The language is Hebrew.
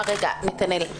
רגע נתנאל,